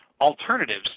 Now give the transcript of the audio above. alternatives